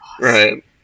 right